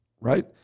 right